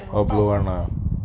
orh blue one ah